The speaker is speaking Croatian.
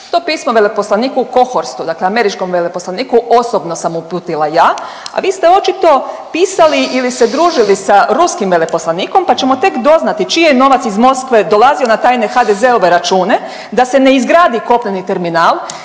To pismo veleposlaniku Kohorstu dakle američkom veleposlaniku osobno sam uputila ja, a vi ste očito pisali ili se družili sa ruskim veleposlanikom, pa ćemo tek doznati čiji je novac iz Moskve dolazio na tajne HDZ-ove račune da se ne izgradi kopneni terminal.